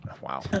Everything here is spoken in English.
Wow